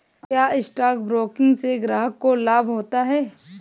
क्या stock broking से ग्राहक को लाभ होता है?